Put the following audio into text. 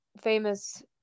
famous